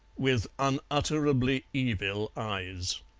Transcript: with unutterably evil eyes.